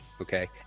Okay